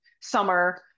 summer